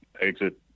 exit